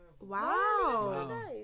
wow